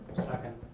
second.